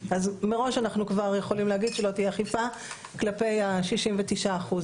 אז מראש אנחנו כבר יכולים להגיד שלא תהיה אכיפה כלפי ה-69 אחוז